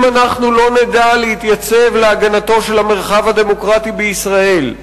אם אנחנו לא נדע להתייצב להגנתו של המרחב הדמוקרטי בישראל,